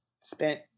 spent